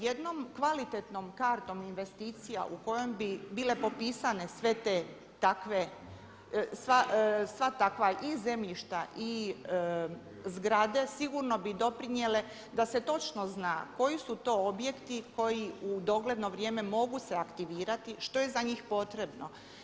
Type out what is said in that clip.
Jednom kvalitetnom kartom investicija u kojem bi bile popisane sve te takve, sva takva i zemljišta i zgrade sigurno bi doprinijele da se točno zna koji su to objekti koji u dogledno vrijeme mogu se aktivirati, što je za njih potrebno.